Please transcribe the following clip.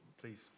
please